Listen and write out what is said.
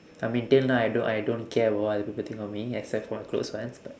I mean till now I don~ I don't care about what other people think of me except for the close ones but